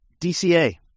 DCA